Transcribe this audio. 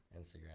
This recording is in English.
instagram